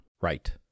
Right